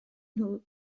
nhw